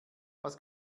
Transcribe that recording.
was